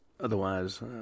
otherwise